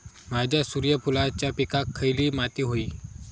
माझ्या सूर्यफुलाच्या पिकाक खयली माती व्हयी?